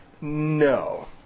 No